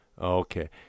Okay